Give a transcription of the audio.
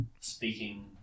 speaking